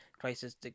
crisis